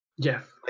Jeff